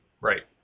Right